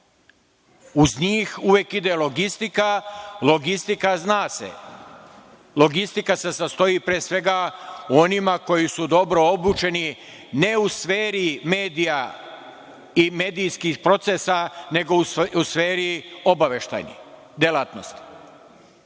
Uz njih uvek ide logistika. Logistika, zna se, sastoji se, pre svega, od onih koji su dobro obučeni ne u sferi medija i medijskih procesa, nego u sferi obaveštajnih delatnosti. Mi